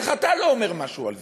איך אתה לא אומר משהו על זה?